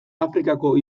afrikako